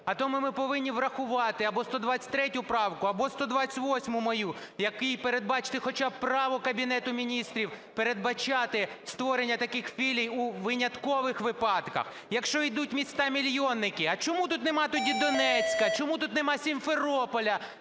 а тому ми повинні врахувати або 123 правку, або 128-у мою, в якій передбачити хоча б право Кабінету Міністрів передбачати створення таких філій у виняткових випадках. Якщо йдуть міста-мільйонники, а чому тут нема тоді Донецька, чому тут нема Сімферополя,